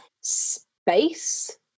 space